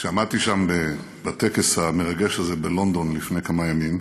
כשעמדתי שם בטקס המרגש הזה בלונדון לפני כמה ימים,